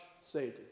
Satan